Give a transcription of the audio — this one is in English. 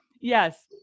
Yes